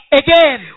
again